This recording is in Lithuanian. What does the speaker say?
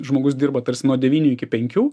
žmogus dirba tarsi nuo devynių iki penkių